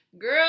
girl